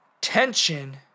Tension